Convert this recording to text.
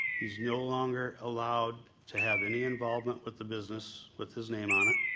he's no longer allowed to have any involvement with the business with his name on it.